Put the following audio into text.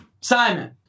Simon